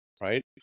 right